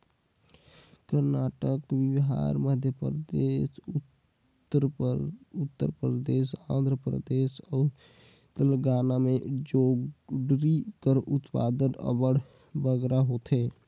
करनाटक, बिहार, मध्यपरदेस, उत्तर परदेस, आंध्र परदेस अउ तेलंगाना में जोंढरी कर उत्पादन अब्बड़ बगरा होथे